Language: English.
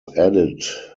added